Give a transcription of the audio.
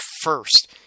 first